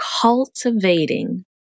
Cultivating